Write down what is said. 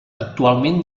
actualment